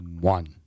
One